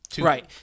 right